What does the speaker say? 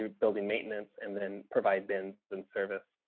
ah building maintenance and then provide bins and service.